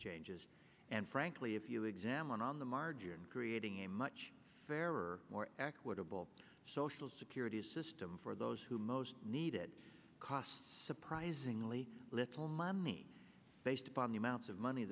changes and frankly if you examine on the margin creating a much fairer more equitable social security system for those who most need it cost surprisingly little money based upon the amounts of money